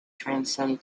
transcend